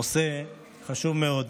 נושא חשוב מאוד.